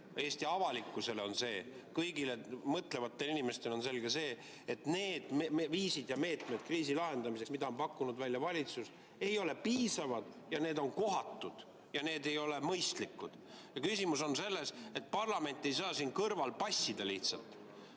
Eesti avalikkusele on selge, kõigile mõtlevatele inimestele on selge, et need viisid ja meetmed kriisi lahendamiseks, mida on pakkunud välja valitsus, ei ole piisavad, kohased ega mõistlikud. Asi on selles, et parlament ei saa siin kõrval lihtsalt